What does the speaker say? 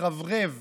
מתרברב